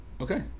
Okay